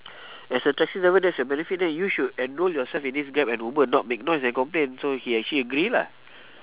as a taxi driver that's your benefit then you should enroll yourself in this grab and uber not make noise and complain so he actually agree lah